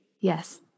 Yes